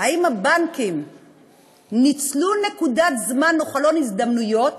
האם הבנקים ניצלו נקודת זמן או חלון הזדמנויות